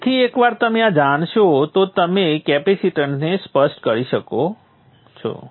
તેથી એકવાર તમે આ જાણશો તો તમે કેપેસિટેન્સને સ્પષ્ટ કરી શકશો